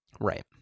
Right